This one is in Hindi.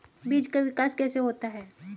बीज का विकास कैसे होता है?